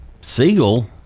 Siegel